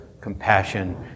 compassion